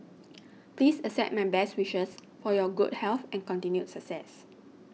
please accept my best wishes for your good health and continued success